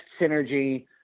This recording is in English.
synergy